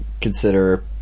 consider